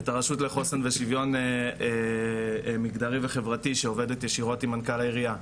את הרשות לחוסן ושוויון מגדרי וחברתי שעובדת ישירות עם מנכ"ל העירייה.